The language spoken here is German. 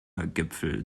gipfel